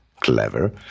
Clever